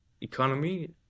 economy